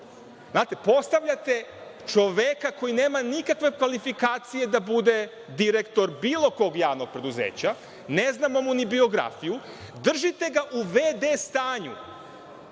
Znate, postavljate čoveka koji nema nikakve kvalifikacije da bude direktor bilo kog javnog preduzeća, ne znamo mu ni biografiju, držite ga u v.d. stanju,